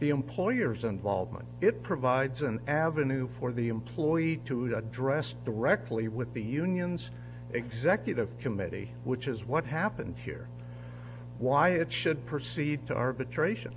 the employer's involvement it provides an avenue for the employee to address directly with the union's executive committee which is what happened here why it should proceed to arbitration